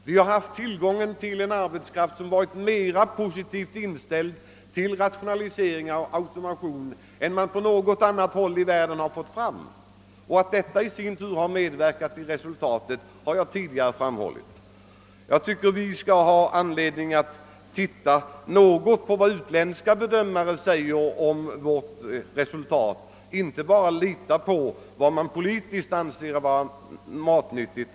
Vi har haft tillgång till arbetskraft som varit mer positivt inställd till rationaliseringar och automation än man haft på något annat håll i världen. Jag har tidigare framhållit att detta i sin tur medverkat till resultaten. Vi har anledning att ta viss hänsyn till vad utländska bedömare anser om vårt resultat och inte bara lita på vad som ur politisk synpunkt anses matnyttigt.